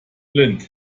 blind